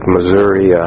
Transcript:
Missouri